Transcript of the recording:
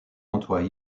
antoine